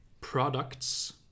products